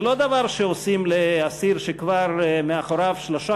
זה לא דבר שעושים לאסיר שכבר מאחוריו שלושה